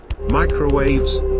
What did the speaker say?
Microwaves